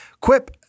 Quip